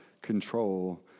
control